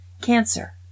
cancer